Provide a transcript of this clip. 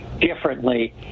differently